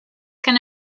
can